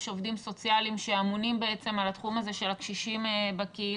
יש עובדים סוציאליים שאמונים בעצם על התחום הזה של הקשישים בקהילה,